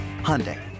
Hyundai